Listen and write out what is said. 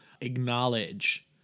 acknowledge